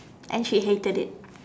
and she hated it